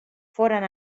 foren